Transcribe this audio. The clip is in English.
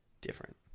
different